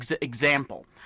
example